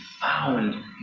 found